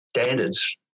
standards